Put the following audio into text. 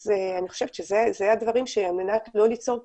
אז אני חושבת שאלה הדברים שעל מנת לא ליצור פערים,